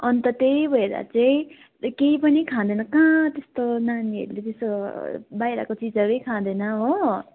अन्त त्यही भएर चाहिँ केही पनि खाँदैन कहाँ त्यस्तो नानीहरूले त्यस्तो बाहिरको चिजहरू नै खाँदैन हो